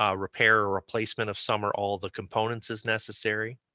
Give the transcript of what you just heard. um repair or replacement of some or all the components is necessary.